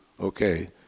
Okay